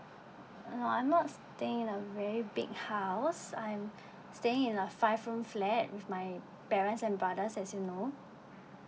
no I'm not staying in a very big house I'm staying in a five room flat with my parents and brothers as you know